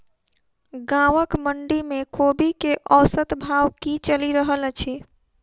गाँवक मंडी मे कोबी केँ औसत भाव की चलि रहल अछि?